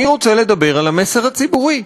אני רוצה לדבר על המסר הציבורי.